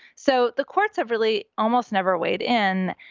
so the courts have really almost never weighed in.